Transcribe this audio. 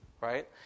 right